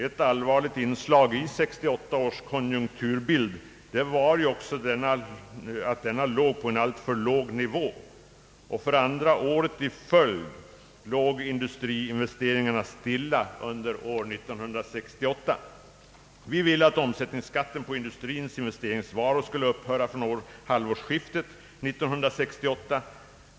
Ett allvarligt inslag i 1968 års konjunkturbild var att industrins investeringar låg på en alltför låg nivå. För andra året i följd låg industriinvesteringarna stilla. Vi ville att omsättningsskatten på industrins investeringsvaror skulle upphöra från halvårsskiftet 1968.